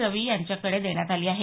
रवी यांच्याकडे देण्यात आली आहे